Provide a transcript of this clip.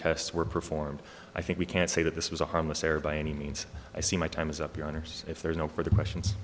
tests were performed i think we can't say that this was a harmless error by any means i see my time is up your honour's if there's no further questions